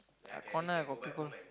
corner I got people